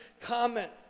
comment